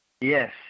Yes